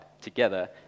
together